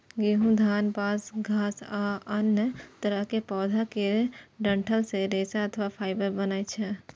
गहूम, धान, बांस, घास आ अन्य तरहक पौधा केर डंठल सं रेशा अथवा फाइबर बनै छै